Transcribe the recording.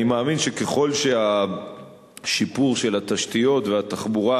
אני מאמין שככל שהשיפור של התשתיות והתחבורה